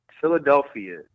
Philadelphia